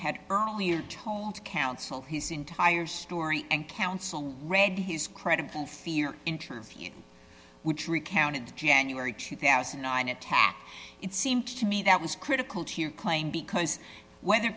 had earlier told counsel his entire story and counsel read his credible fear interview which recounted january two thousand and nine attack it seemed to me that was critical to your claim because whether